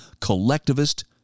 Collectivist